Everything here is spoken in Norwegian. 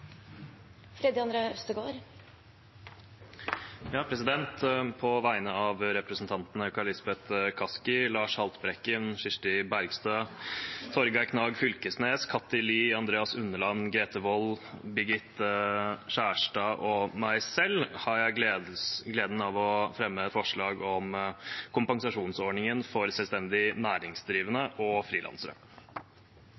På vegne av representantene Kari Elisabeth Kaski, Lars Haltbrekken, Kirsti Bergstø, Torgeir Knag Fylkesnes, Kathy Lie, Andreas Sjalg Unneland, Grete Wold, Birgit Oline Kjerstad og meg selv har jeg gleden av å fremme et forslag om kompensasjonsordningen for selvstendig næringsdrivende